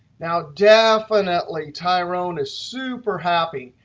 now, definitely, tyrone is super happy.